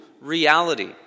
reality